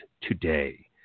today